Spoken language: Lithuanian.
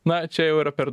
na čia jau yra per